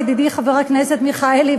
ידידי חבר הכנסת מיכאלי,